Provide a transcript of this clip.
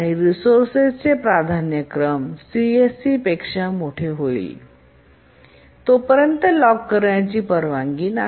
आणि रिसोर्सेस स प्राधान्यक्रम सीएससीपेक्षा मोठे होईपर्यंत लॉक करण्याची परवानगी नाही